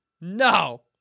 No